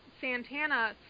Santana